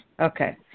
Okay